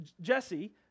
Jesse